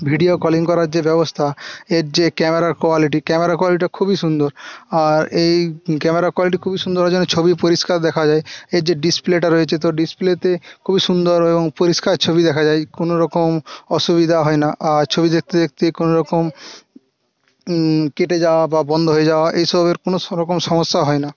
video calling করার যে ব্যবস্থা এর যে ক্যামেরার কোয়ালিটি ক্যামেরার কোয়ালিটিটা খুবই সুন্দর আর এই ক্যামেরা কোয়ালিটি খুবই সুন্দর ওই জন্য ছবি পরিষ্কার দেখা যায় এর যে ডিসপ্লেটা রয়েছে তো ডিসপ্লেতে খুবই সুন্দর এবং পরিষ্কার ছবি দেখা যায় কোনো রকম অসুবিধা হয় না আর ছবি দেখতে দেখতে কোনো রকম কেটে যাওয়া বা বন্ধ হয়ে যাওয়া এই সবের কোনো রকম সমস্যা হয় না